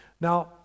Now